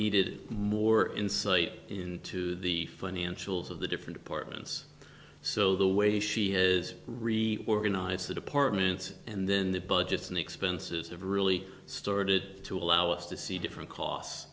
needed more insight into the financials of the different departments so the way she is re organize the departments and then the budgets and the expenses have really started to allow us to see different co